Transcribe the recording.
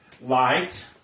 light